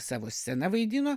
savo sena vaidino